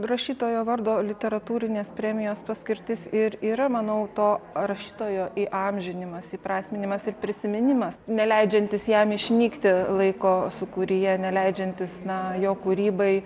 rašytojo vardo literatūrinės premijos paskirtis ir yra manau to rašytojo įamžinimas įprasminimas ir prisiminimas neleidžiantis jam išnykti laiko sūkuryje neleidžiantis na jo kūrybai